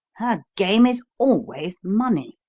her game is always money.